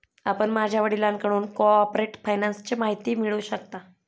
आपण माझ्या वडिलांकडून कॉर्पोरेट फायनान्सची माहिती मिळवू शकता